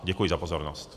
Děkuji za pozornost.